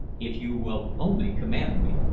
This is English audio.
if you will only command me.